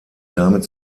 damit